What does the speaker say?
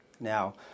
Now